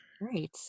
Right